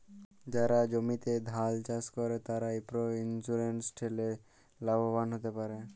যারা জমিতে ধাল চাস করে, তারা ক্রপ ইন্সুরেন্স ঠেলে লাভবান হ্যতে পারে